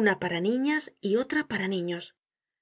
una para niñas y otra para niños